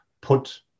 put